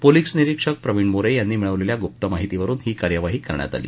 police निरिक्षक प्रविण मोरे यांनी मिळवलेल्या गूप्त माहितीवरुन ही कार्यवाही करण्यात आली